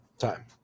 time